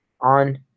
on